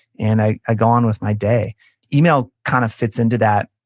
and i i go on with my day email kind of fits into that,